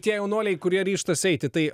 tie jaunuoliai kurie ryžtas eiti tai